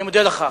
אני מודה לך.